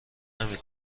نمی